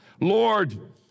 Lord